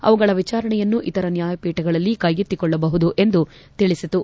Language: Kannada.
ಅವುಗಳ ವಿಚಾರಣೆಯನ್ನು ಇತರ ನ್ಯಾಯಪೀಠಗಳಲ್ಲಿ ಕೈಗೆತ್ತಿಕೊಳ್ಳಬಹುದು ಎಂದು ತಿಳಿಸಿತು